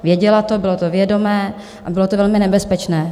Věděla to, bylo to vědomé a bylo to velmi nebezpečné.